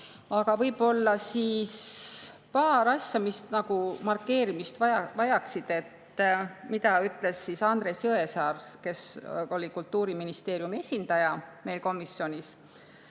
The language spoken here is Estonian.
ei hakka. Paar asja, mis markeerimist vajaksid, mida ütles Andres Jõesaar, kes oli Kultuuriministeeriumi esindajana meil komisjonis.